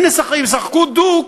אם ישחקו דוק,